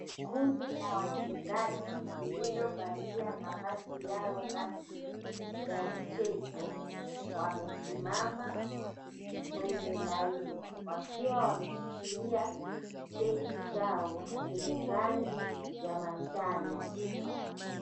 Kundi la wachezaji lililovalia mavazi yao rasmi ya mchezo wamesimama kwenye laini wakiwa wameshikilia cheti chao chenye rangi ya manjano.